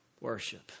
worship